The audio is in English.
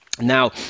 Now